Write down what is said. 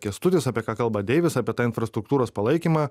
kęstutis apie ką kalba deivis apie tą infrastruktūros palaikymą